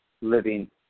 living